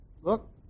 Look